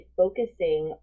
focusing